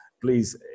please